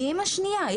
אמא, היא אמא שנייה שלו.